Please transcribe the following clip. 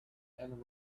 and